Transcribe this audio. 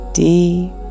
deep